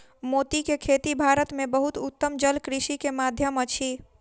मोती के खेती भारत में बहुत उत्तम जलकृषि के माध्यम अछि